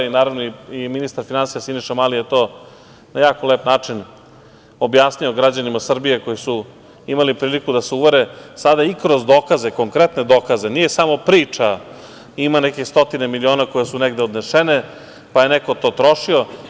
Naravno i ministar finansija Siniša Mali je to na jako lep način objasnio građanima Srbije koji su imali priliku da se uvere sada i kroz dokaze, konkretne dokaze, nije samo priča ima neke stotine miliona koji su negde odneseni, pa je neko to trošio.